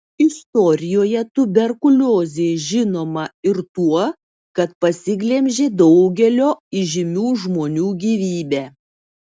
istorijoje tuberkuliozė žinoma ir tuo kad pasiglemžė daugelio įžymių žmonių gyvybę